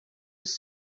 was